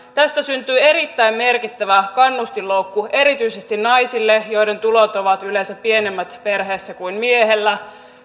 tästä syntyy erittäin merkittävä kannustinloukku erityisesti naisille joiden tulot ovat perheessä yleensä pienemmät kuin miehellä